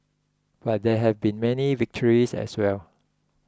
but there have been many victories as well